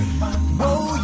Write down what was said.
whoa